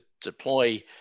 deploy